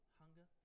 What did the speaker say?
hunger